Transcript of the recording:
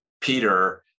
Peter